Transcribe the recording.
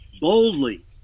boldly